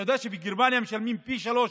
אתה יודע שבגרמניה משלמים פי שלושה